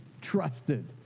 trusted